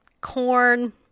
corn